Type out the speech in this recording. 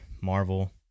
Marvel